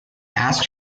asked